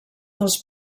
dels